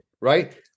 right